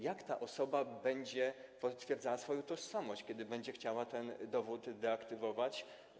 Jak ta osoba będzie potwierdzała swoją tożsamość, kiedy będzie chciała ten dowód deaktywować?